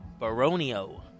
Baronio